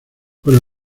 pues